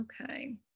Okay